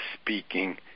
speaking